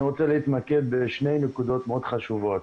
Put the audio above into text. אני רוצה להתמקד בשתי נקודות מאוד חשובות,